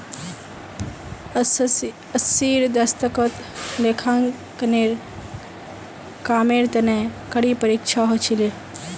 अस्सीर दशकत लेखांकनेर कामेर तने कड़ी परीक्षा ह छिले